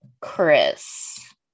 Chris